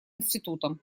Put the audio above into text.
институтам